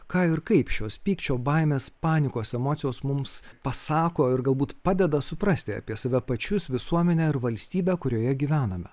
ką ir kaip šios pykčio baimės panikos emocijos mums pasako ir galbūt padeda suprasti apie save pačius visuomenę ar valstybę kurioje gyvename